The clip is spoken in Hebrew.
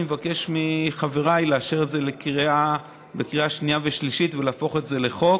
אני מבקש מחבריי לאשר את זה בקריאה שנייה ושלישית ולהפוך את זה לחוק.